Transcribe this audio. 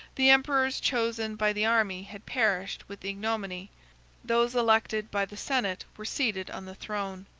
the emperors chosen by the army had perished with ignominy those elected by the senate were seated on the throne.